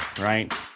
Right